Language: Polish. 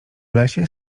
lesie